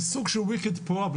זה סוג של וויקד פרובלם,